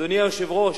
אדוני היושב-ראש,